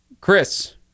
Chris